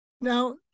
Now